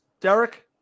Derek